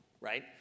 right